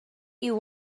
you